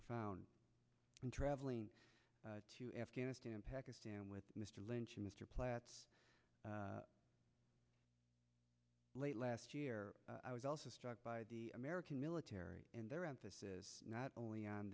profound in traveling to afghanistan pakistan with mr lane mr platts late last year i was also struck by the american military and their emphasis not only on